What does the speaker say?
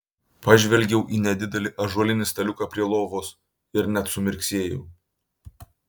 pažvelgiau į nedidelį ąžuolinį staliuką prie lovos ir net sumirksėjau